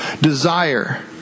desire